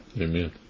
Amen